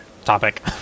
topic